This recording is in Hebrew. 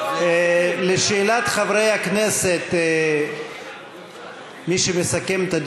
לשאלת חברי הכנסת, מי שמסכם את הדיון,